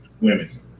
women